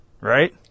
Right